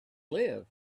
live